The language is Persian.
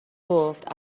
گفت